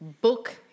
Book